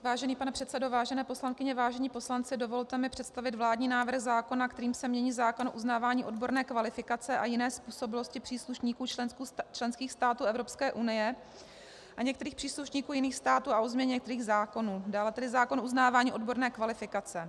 Vážený pane předsedo, vážené poslankyně, vážení poslanci, dovolte mi představit vládní návrh zákona, kterým se mění zákon o uznávání odborné kvalifikace a jiné způsobilosti státních příslušníků členských států Evropské unie a některých příslušníků jiných států a o změně některých zákonů, dále tedy zákon o uznávání odborné kvalifikace.